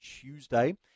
Tuesday